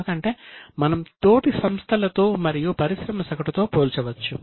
ఎందుకంటే మనం తోటి సంస్థలతో మరియు పరిశ్రమ సగటుతో పోల్చవచ్చు